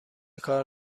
کار